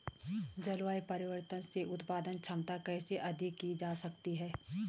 जलवायु परिवर्तन से उत्पादन क्षमता कैसे अधिक की जा सकती है?